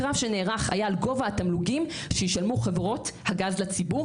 הקרב שנערך היה על גובה התמלוגים שישלמו חברות הגז לציבור,